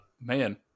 man